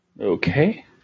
Okay